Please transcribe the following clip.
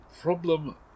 problem